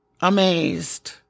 amazed